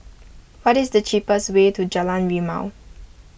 what is the cheapest way to Jalan Rimau